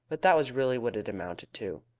but that was really what it amounted to.